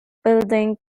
building